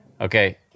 Okay